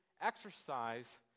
exercise